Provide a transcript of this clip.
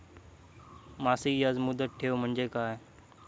मासिक याज मुदत ठेव म्हणजे काय?